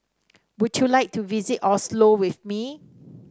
would you like to visit Oslo with me